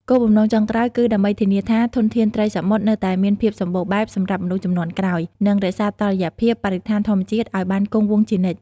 គោលបំណងចុងក្រោយគឺដើម្បីធានាថាធនធានត្រីសមុទ្រនៅតែមានភាពសម្បូរបែបសម្រាប់មនុស្សជំនាន់ក្រោយ និងរក្សាតុល្យភាពបរិស្ថានធម្មជាតិឲ្យបានគង់វង្សជានិច្ច។